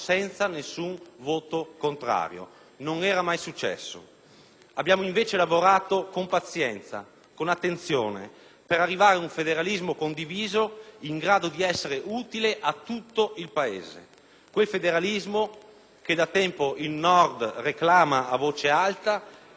Abbiamo, invece, lavorato con pazienza e con attenzione per arrivare ad un federalismo condiviso, in grado di essere utile a tutto il Paese. Quel federalismo che da tempo il Nord reclama a voce alta, ma che ora viene richiesto dai cittadini che vivono nelle Regioni meridionali.